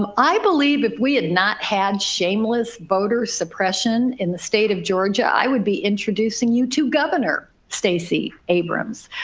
um i believe if we had not had shameless voter suppression in the state of georgia i would be introducing you to governor stacey abrams.